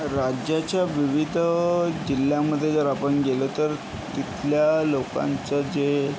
राज्याच्या विविध जिल्ह्यामध्ये जर आपण गेलं तर तिथल्या लोकांचं जे